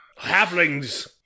Halflings